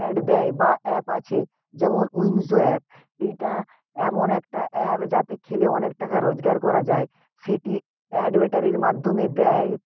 add দেয় বা app আছে যেমন উইনযো অ্যাপ এইটা এমন একটা অ্যাপ যাতে খেলে অনেক টাকা রোজগার করা যায় সেটি অ্যাডভেটারির মাধ্যমে দেয়